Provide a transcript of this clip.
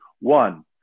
one